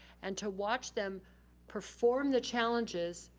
and to watch them perform the challenges,